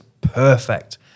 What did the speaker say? perfect